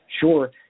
Sure